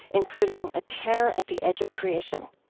including a tear at the edge of creation